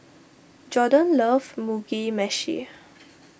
Jordon loves Mugi Meshi